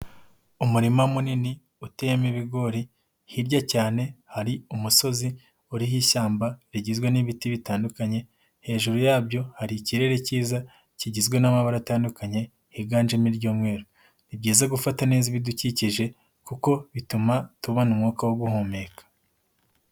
Umurima munini utemo ibigori hirya cyane hari umusozi uriho ishyamba rigizwe n'ibiti bitandukanye, hejuru yabyo hari ikirere cyiza kigizwe n'amabara atandukanye, higanjemo iry'umweru. Ni byiza gufata neza ibidukikije kuko bituma tubona umwuka wo guhumeka.